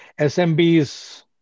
SMBs